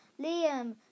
Liam